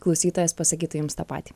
klausytojas pasakytų jums tą patį